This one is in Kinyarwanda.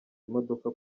imodoka